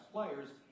players